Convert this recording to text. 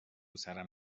سرم